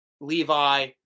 Levi